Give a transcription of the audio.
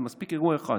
ומספיק אירוע אחד,